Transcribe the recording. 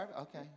okay